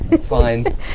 Fine